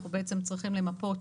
אנחנו צריכים למפות,